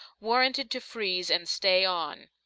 warranted to freeze and stay on!